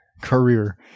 career